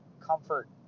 comfort